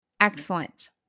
Excellent